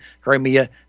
Crimea